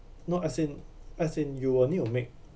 no as in as in you will need to make